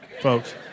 folks